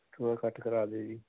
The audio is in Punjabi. ਥੋੜ੍ਹਾ ਘੱਟ ਕਰਾ ਦਿਓ ਜੀ